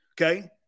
Okay